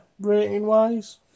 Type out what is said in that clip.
rating-wise